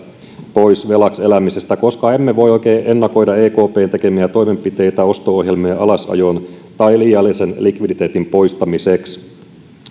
pois velaksi elämisestä koska emme voi oikein ennakoida ekpn tekemiä toimenpiteitä osto ohjelmien alasajon tai liiallisen likviditeetin poistamiseksi